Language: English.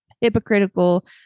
hypocritical